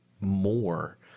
more